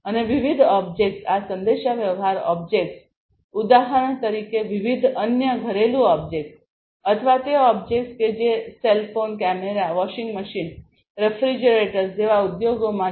અને વિવિધ ઓબ્જેક્ટ્સ આ સંદેશાવ્યવહાર ઓબ્જેક્ટ્સ ઉદાહરણ તરીકે વિવિધ અન્ય ઘરેલું ઓબ્જેક્ટ્સ અથવા તે ઓબ્જેક્ટ્સ કે જે cell phone camera washing machine refrigerators જેવા ઉદ્યોગોમાં છે